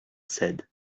said